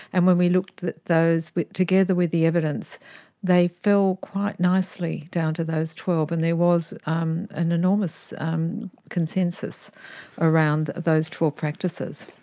and when we looked at those together with the evidence they fell quite nicely down to those twelve, and there was um an enormous um consensus around those twelve practices.